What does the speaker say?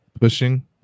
pushing